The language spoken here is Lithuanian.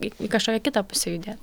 į kažkokią kitą pusę judėt